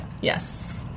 Yes